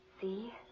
See